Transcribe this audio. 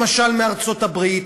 למשל מארצות-הברית,